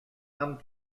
amb